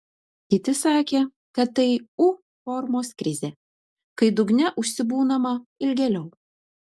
kiti sakė kad tai u formos krizė kai dugne užsibūnama ilgėliau